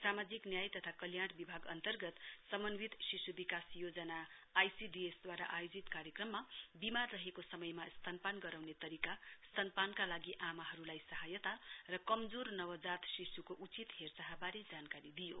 सामाजिक न्याय तथा कल्याण विभाग अन्तर्गत समन्वित शिश् विकास योजना आइसिडिएस दवारा आयोजित कार्यक्रममा विमार रहेको समयमा स्तनपान गराउने तरीका स्तनपानका लागि आमाहरूलाई सहायता र कमजोर नवजात शिश्को उच्त हेरचाहबारे जानकारी दिइयो